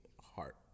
heart